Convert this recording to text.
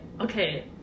okay